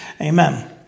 Amen